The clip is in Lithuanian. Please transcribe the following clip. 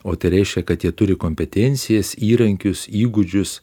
o tai reiškia kad jie turi kompetencijas įrankius įgūdžius